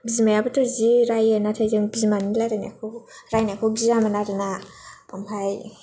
बिमायाबोथ' जि रायो नाथाय जोङो बिमानि रायनायखौ गियामोन आरो ना ओमफ्राय